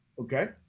Okay